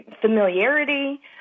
familiarity